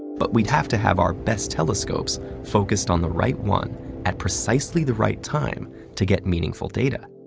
but we'd have to have our best telescopes focused on the right one at precisely the right time to get meaningful data.